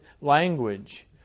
language